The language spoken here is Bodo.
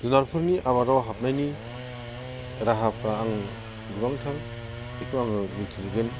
जुनारफोरनि आबादाव हाबनायनि राहाफ्रा आं गोबांथार बेखौ आं बुंफिनगोन